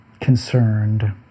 concerned